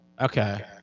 Okay